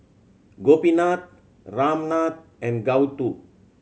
Gopinath Ramnath and Gouthu